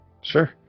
Sure